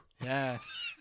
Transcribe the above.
Yes